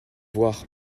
voir